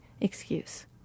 excuse